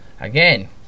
Again